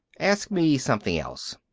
ask me something else.